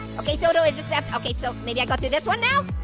okay, so do i just stepped, okay so, maybe i go through this one now?